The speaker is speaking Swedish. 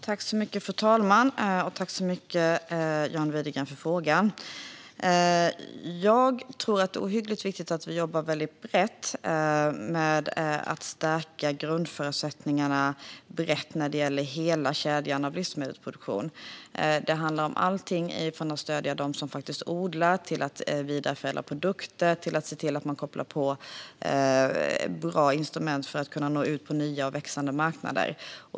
Fru talman! Tack, John Widegren, för frågan! Jag tror att det är väldigt viktigt att vi jobbar brett med att stärka grundförutsättningarna när det gäller hela kedjan i livsmedelsproduktionen. Det handlar om alltifrån att stödja dem som odlar till att vidareförädla produkter och att se till att man får bra instrument för att nå ut på nya och växande marknader.